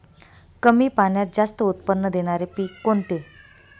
कमी पाण्यात जास्त उत्त्पन्न देणारे पीक कोणते?